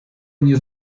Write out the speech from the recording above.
mnie